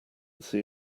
see